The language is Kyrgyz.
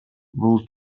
бул